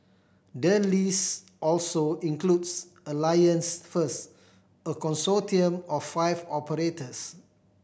the list also includes Alliance First a consortium of five operators